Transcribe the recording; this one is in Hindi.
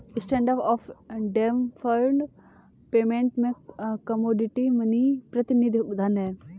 स्टैण्डर्ड ऑफ़ डैफर्ड पेमेंट में कमोडिटी मनी प्रतिनिधि धन हैं